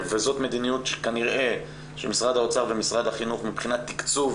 זו מדיניות כנראה של משרד האוצר ומשרד החינוך מבחינת תקצוב